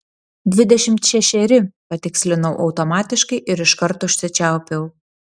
dvidešimt šešeri patikslinau automatiškai ir iškart užsičiaupiau